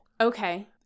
Okay